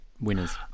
Winners